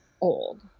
old